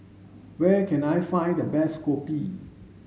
where can I find the best Kopi